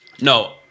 No